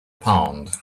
pound